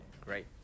Great